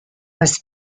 was